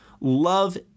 Love